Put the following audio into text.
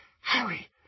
Harry